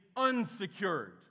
Unsecured